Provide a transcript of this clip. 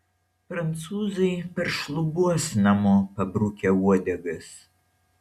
prancūzai paršlubuos namo pabrukę uodegas